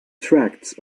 tracts